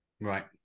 right